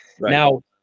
Now